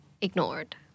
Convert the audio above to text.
ignored (